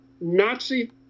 Nazi